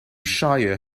shire